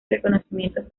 reconocimientos